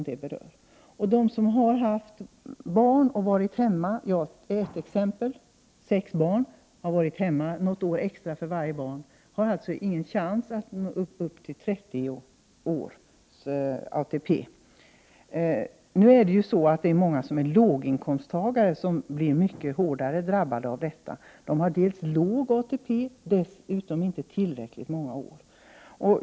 De som har haft barn och varit hemma — jag är själv ett exempel, jag har sex barn och har varit hemma något år extra för varje barn — har ingen chans att nå upp till 30 års ATP. Många låginkomsttagare blir mycket hårt drabbade av detta. De har låg ATP och dessutom inte tillräckligt många år.